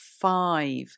five